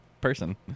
person